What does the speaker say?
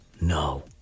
no